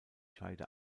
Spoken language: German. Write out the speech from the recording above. scheide